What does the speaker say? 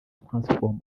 transform